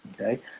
Okay